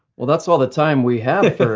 well that's all the time we have for.